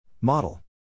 Model